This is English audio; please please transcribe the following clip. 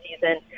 season